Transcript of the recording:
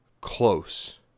close